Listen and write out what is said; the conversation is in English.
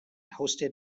hosted